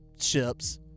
ships